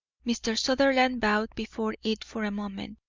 mr. sutherland bowed before it for a moment,